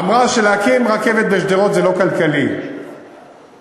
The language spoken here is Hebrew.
אמרה שלהקים רכבת בשדרות זה לא כלכלי ובגליל